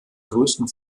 größten